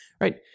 Right